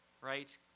right